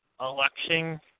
election